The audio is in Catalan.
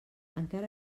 encara